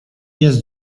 jest